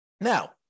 Now